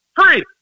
free